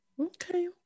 okay